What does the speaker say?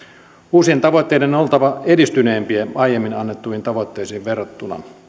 uusien tavoitteiden on oltava edistyneempiä aiemmin annettuihin tavoitteisiin verrattuna